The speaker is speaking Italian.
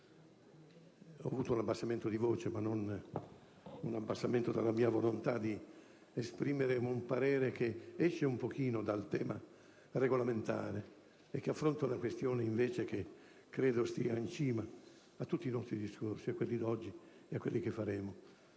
Ho avuto un abbassamento di voce, ma non un abbassamento della mia volontà di esprimere un parere che esce un po' dal tema regolamentare, perché affronta una questione che credo stia in cima a tutti i nostri discorsi, a quelli odierni e a quelli che faremo.